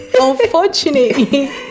Unfortunately